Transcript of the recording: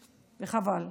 וחבל.